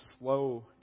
slow